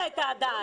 גניבת דעת.